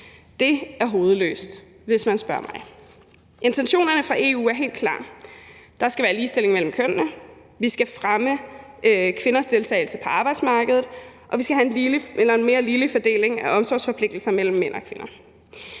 Det er hovedløst, hvis man spørger mig. Intentionen fra EU er helt klar. Der skal være ligestilling mellem kønnene. Vi skal fremme kvinders deltagelse på arbejdsmarkedet, og vi skal have en mere ligelig fordeling af omsorgsforpligtelser mellem mænd og kvinder.